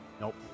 Nope